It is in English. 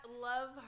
love